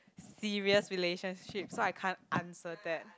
serious relationship so I can't answer that